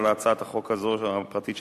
על הצעת החוק הפרטית הזו,